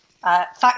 fact